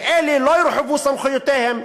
ואלה, לא יורחבו סמכויותיהן.